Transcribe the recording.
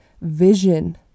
vision